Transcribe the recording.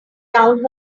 down